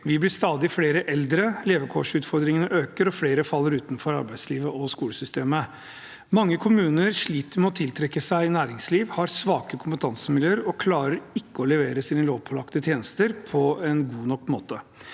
Vi blir stadig flere eldre, levekårsutfordringene øker, og flere faller utenfor arbeidslivet og skolesystemet. Mange kommuner sliter med å tiltrekke seg næringsliv, har svake kompetansemiljøer og klarer ikke å levere sine lovpålagte tjenester på en god nok måte.